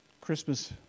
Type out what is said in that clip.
Christmas